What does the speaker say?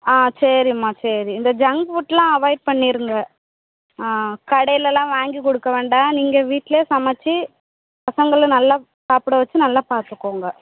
ஆ சரிம்மா சரி இந்த ஜங்க் ஃபுட்லாம் அவாய்ட் பண்ணிருங்க ஆ கடையிலெலாம் வாங்கி கொடுக்க வேண்டாம் நீங்கள் வீட்டிலயே சமைத்து பசங்களை நல்லா சாப்பிட வச்சு நல்லா பார்த்துக்கோங்க